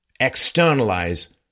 externalize